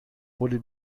wurde